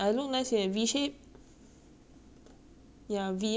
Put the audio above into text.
ya V necks then and like flare out stuff lor